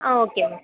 ah okay ma'am